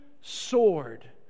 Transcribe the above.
sword